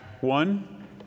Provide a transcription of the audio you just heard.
one